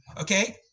Okay